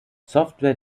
software